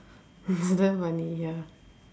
damn funny ya